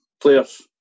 players